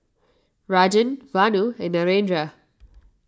Rajan Vanu and Narendra